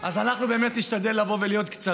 אז אנחנו נשתדל להיות קצרים.